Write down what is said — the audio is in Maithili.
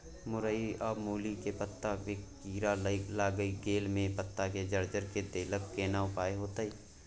मूरई आ मूली के पत्ता में कीरा लाईग गेल जे पत्ता के जर्जर के देलक केना उपाय होतय?